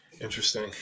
Interesting